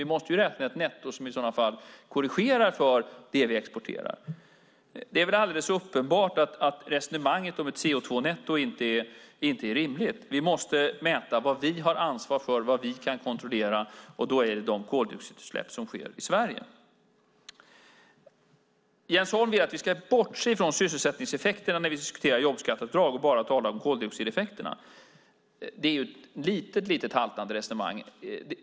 Vi måste räkna ett netto som i så fall korrigerar för det vi exporterar. Det är väl alldeles uppenbart att resonemanget om ett CO2-netto inte är rimligt. Vi måste mäta vad vi har ansvar för, vad vi kan kontrollera. Då är det fråga om de koldioxidutsläpp som sker i Sverige. Jens Holm vill att vi ska bortse från sysselsättningseffekterna när vi diskuterar jobbskatteavdrag och att vi bara ska tala om koldioxideffekterna. Det är ett lite haltande resonemang.